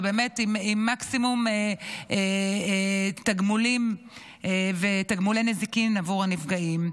ועם מקסימום תגמולים ותגמולי נזיקין עבור הנפגעים.